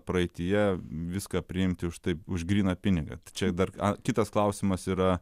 praeityje viską priimti už taip už gryną pinigą čia dar kitas klausimas yra